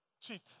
cheat